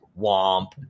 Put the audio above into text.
womp